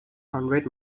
hundred